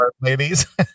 ladies